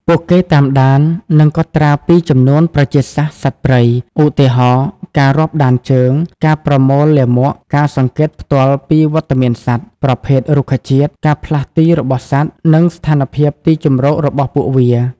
ពួកគេតាមដាន និងកត់ត្រាពី ចំនួនប្រជាសាស្ត្រសត្វព្រៃ ឧទាហរណ៍ ការរាប់ដានជើង ការប្រមូលលាមក ការសង្កេតផ្ទាល់ពីវត្តមានសត្វ ប្រភេទរុក្ខជាតិ ការផ្លាស់ទីរបស់សត្វ និងស្ថានភាពទីជម្រករបស់ពួកវា។